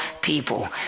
people